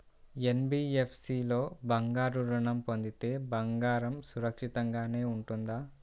NBFC లో బంగారు ఋణం పొందితే బంగారం సురక్షితంగానే ఉంటుందా?